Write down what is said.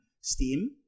steam